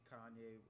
Kanye